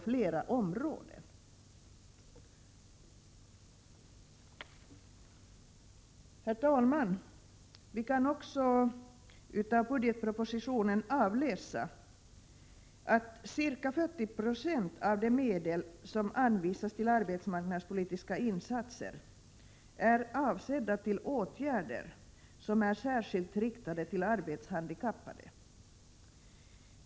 Herr talman! Vi kan av budgetpropositionen också utläsa att ca 40 90 av de medel som anvisas för arbetsmarknadspolitiska insatser är avsedda för åtgärder som är särskilt riktade till arbetshandikappade.